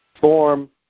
form